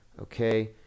okay